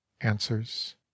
answers